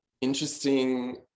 interesting